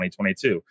2022